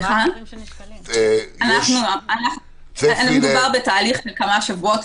יש צפי ל- -- מדובר בתהליך של כמה שבועות